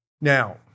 Now